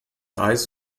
eis